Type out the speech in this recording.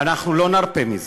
ואנחנו לא נרפה מזה.